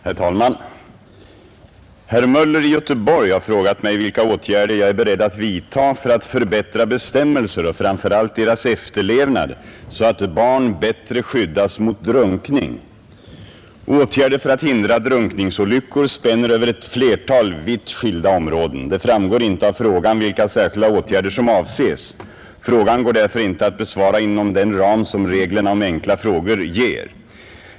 Herr talman! Herr Möller i Göteborg har frågat mig vilka åtgärder jag är beredd att vidta för att förbättra bestämmelser och framför allt deras efterlevnad så att barn bättre skyddas mot drunkning. Åtgärder för att hindra drunkningsolyckor spänner över ett flertal vitt skilda områden. Det framgår inte av frågan vilka särskilda åtgärder som avses. Frågan går därför inte att besvara inom den ram som reglerna om enkla frågor ger.